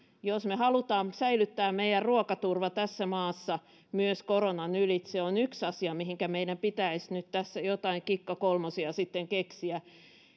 jos me haluamme säilyttää meidän ruokaturvan tässä maassa myös koronan ylitse tämä on yksi asia mihinkä meidän pitäisi nyt jotain kikka kolmosia sitten keksiä